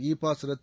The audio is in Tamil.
இ பாஸ் ரத்து